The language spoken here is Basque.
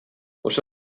oso